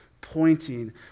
pointing